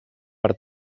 per